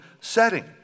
setting